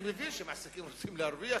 אני מבין שמעסיקים רוצים להרוויח,